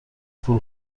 پول